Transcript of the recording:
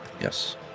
Yes